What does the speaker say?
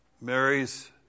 Mary's